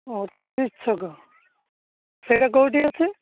ମୈତ୍ରୀ ଛକ ସେଇଟା କେଉଁଠି ଅଛି